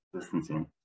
distancing